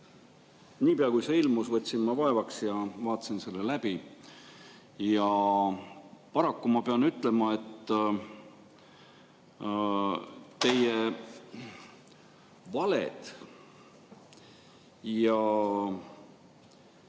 Niipea, kui see ilmus, võtsin ma vaevaks ja vaatasin selle läbi. Ja paraku ma pean ütlema, et teie valed ja